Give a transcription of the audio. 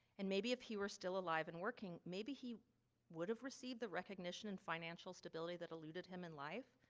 and maybe if he were still alive and working, maybe he would have received the recognition and financial stability that eluded him in life.